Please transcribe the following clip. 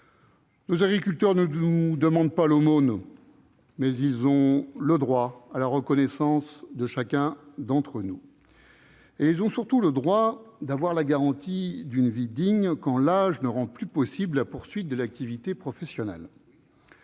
Nos agriculteurs ne nous demandent pas l'aumône : ils ont droit à la reconnaissance de chacun d'entre nous. Et ils ont surtout le droit d'avoir la garantie d'une vie digne quand l'âge ne rend plus possible la poursuite de l'activité professionnelle.